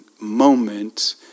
moment